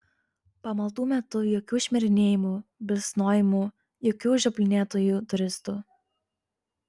pamaldų metu jokių šmirinėjimų bilsnojimų jokių žioplinėtojų turistų